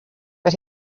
but